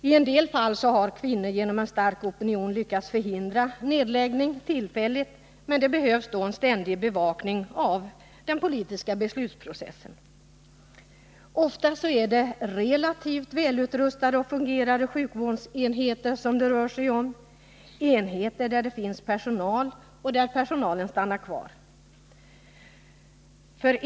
I vissa fall har kvinnor med hjälp av en stark opinion tillfälligt lyckats hindra nedläggning, men det behövs då en ständig bevakning av den politiska beslutsprocessen. Ofta är det relativt välutrustade och väl fungerande sjukvårdsenheter det rör sig om, enheter där det finns personal och där personalen stannar kvar.